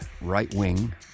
right-wing